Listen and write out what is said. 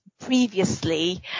previously